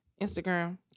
Instagram